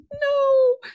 no